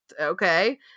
okay